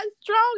strong